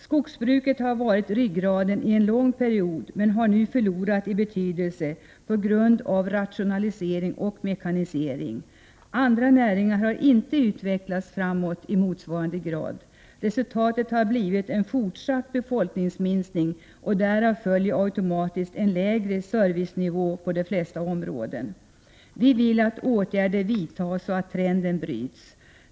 Skogsbruket har varit ryggraden i en lång period men har nu förlorat i betydelse på grund av rationalisering och mekanisering. Andra näringar har inte utvecklats framåt i motsvarande grad. Resultatet har blivit en fortsatt befolkningsminskning och därav följer automatiskt en lägre servicenivå på de flesta områden. Vi vill att åtgärder vidtas så att trenden bryts.